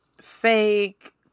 fake